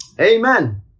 Amen